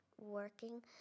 working